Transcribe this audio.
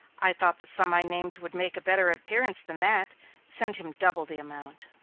i thought the sum i named would make a better appearance than that send him double the amount.